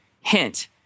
hint